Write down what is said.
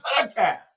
podcast